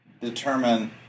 determine